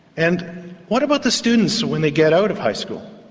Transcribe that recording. and what about the students when they get out of high school?